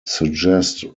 suggest